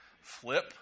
Flip